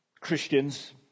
Christians